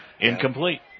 Incomplete